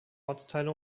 ortsteile